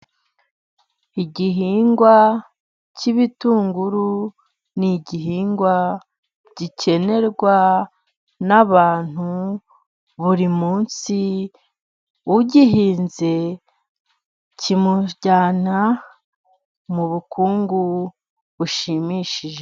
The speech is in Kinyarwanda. Igihingwa k'ibitunguru， ni igihingwa gikenerwa n'abantu buri munsi， ugihinze kimujyana mu bukungu bushimishije.